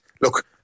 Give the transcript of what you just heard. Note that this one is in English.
look